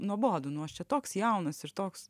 nuobodu nu aš čia toks jaunas ir toks